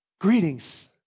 Greetings